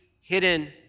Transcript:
hidden